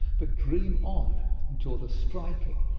but dream on until the striking,